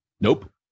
Nope